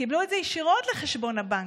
הם קיבלו את זה ישירות לחשבון הבנק.